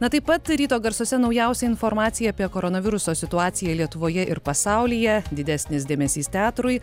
na taip pat ryto garsuose naujausia informacija apie koronaviruso situaciją lietuvoje ir pasaulyje didesnis dėmesys teatrui